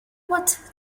what